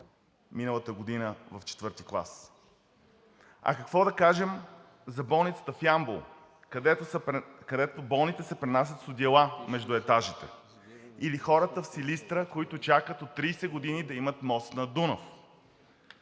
миналата година в IV клас. Какво да кажем за болницата в Ямбол, където болните се пренасят с одеяла между етажите, или хората в Силистра, които чакат от тридесет години да имат мост над Дунав,